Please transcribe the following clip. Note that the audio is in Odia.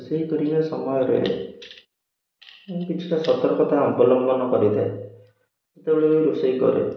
ରୋଷେଇ କରିବା ସମୟରେ ମୁଁ କିଛିଟା ସତର୍କତା ଅବଲମ୍ବନ କରିଥାଏ ଯେତେବେଳେ ବି ରୋଷେଇ କରେ